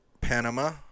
panama